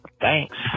Thanks